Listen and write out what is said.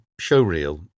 showreel